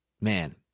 man